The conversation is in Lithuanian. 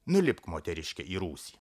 nulipk moteriške į rūsį